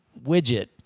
widget